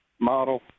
model